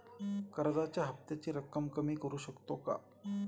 कर्जाच्या हफ्त्याची रक्कम कमी करू शकतो का?